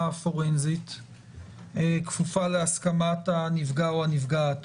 הפורנזית כפופה להסכמת הנפגע או הנפגעת.